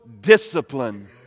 discipline